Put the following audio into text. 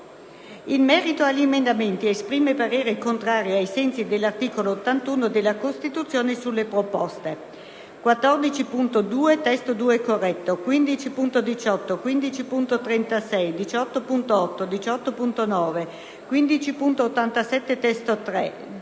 In merito agli emendamenti, esprime parere contrario, ai sensi dell'articolo 81 della Costituzione, sulle proposte 14.2 (testo 2 corretto), 15.18, 15.36, 18.8, 18.9, 15.87 (testo 3),